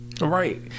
Right